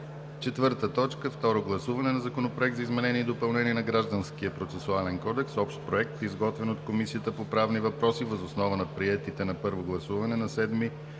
2017 г. 4. Второ гласуване на Законопроект за изменение и допълнение на Гражданския процесуален кодекс. Общ Проект изготвен от Комисията по правни въпроси, въз основа на приетите на първо гласуване на 7 юли